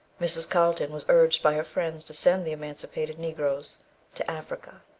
mrs. carlton was urged by her friends to send the emancipated negroes to africa.